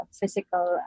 physical